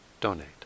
donate